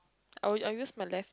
I will I use my left